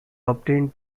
obtained